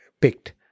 picked